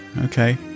okay